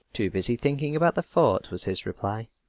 too busy thinking about the fort was his reply.